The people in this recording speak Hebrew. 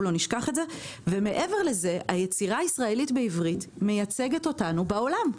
לא נשכח את זה ומעבר לזה היצירה הישראלית בעברית מייצגת אותנו בעולם.